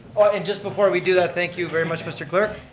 and just before we do that, thank you very much mr. clerk,